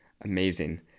Amazing